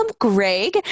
Greg